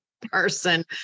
person